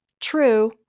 True